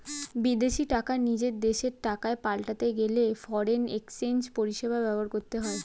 বিদেশী টাকা নিজের দেশের টাকায় পাল্টাতে গেলে ফরেন এক্সচেঞ্জ পরিষেবা ব্যবহার করতে হয়